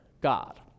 God